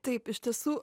taip iš tiesų